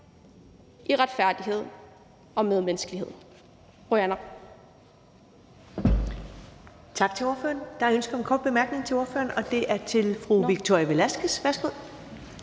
i retfærdighed og medmenneskelighed.